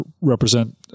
represent